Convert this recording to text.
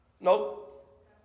Nope